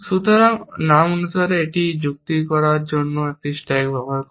সুতরাং নাম অনুসারে এটি যুক্তি করার জন্য একটি স্ট্যাক ব্যবহার করে